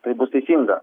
taip bus teisinga